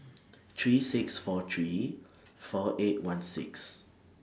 three six four three four eight one six